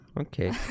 okay